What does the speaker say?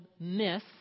myth